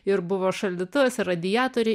ir buvo šaldytuvas ir radiatoriai